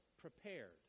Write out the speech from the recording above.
prepared